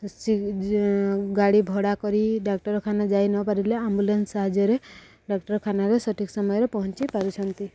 ଗାଡ଼ି ଭଡ଼ା କରି ଡାକ୍ତରଖାନା ଯାଇ ନପାରିଲେ ଆମ୍ବୁଲାନ୍ସ ସାହାଯ୍ୟରେ ଡାକ୍ତରଖାନାରେ ସଠିକ ସମୟରେ ପହଞ୍ଚି ପାରୁଛନ୍ତି